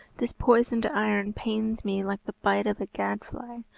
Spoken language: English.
this poisoned iron pains me like the bite of a gad-fly.